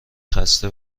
خسته